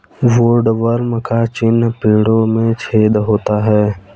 woodworm का चिन्ह पेड़ों में छेद होता है